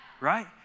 Right